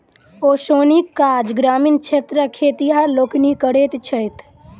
ओसौनीक काज ग्रामीण क्षेत्रक खेतिहर लोकनि करैत छथि